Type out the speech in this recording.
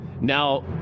Now